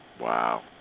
Wow